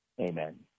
amen